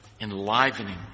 enlivening